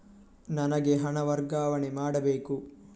ನನಗೆ ಹಣ ವರ್ಗಾವಣೆ ಮಾಡಬೇಕು